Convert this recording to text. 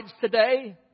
today